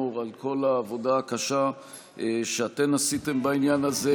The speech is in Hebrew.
על כל העבודה הקשה שאתן עשיתן בעניין הזה,